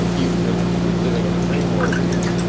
you've been living in a dream world, neo